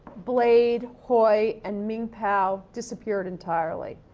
blade, hoy, and ming pow disappeared entirely.